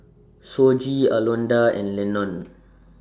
Shoji Alondra and Lenon